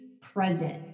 present